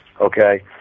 okay